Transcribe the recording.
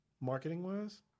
marketing-wise